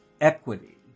equity